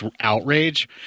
outrage